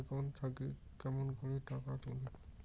Account থাকি কেমন করি টাকা তুলিম?